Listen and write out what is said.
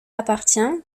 appartient